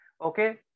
Okay